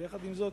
אבל יחד עם זאת,